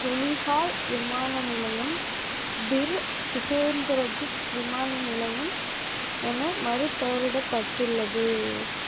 துலிஹால் விமான நிலையம் பிர் திகேந்திரஜித் விமான நிலையம் என மறுபெயரிடப்பட்டுள்ளது